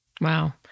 Wow